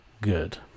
good